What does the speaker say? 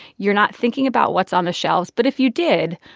you're not thinking about what's on the shelves. but if you did,